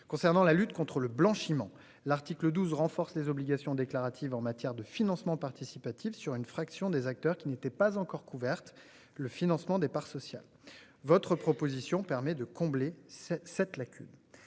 Concernant la lutte contre le blanchiment. L'article 12 renforce les obligations déclaratives en matière de financement participatif sur une fraction des acteurs qui n'étaient pas encore couvertes le financement des parts sociales. Votre proposition permet de combler cette lacune.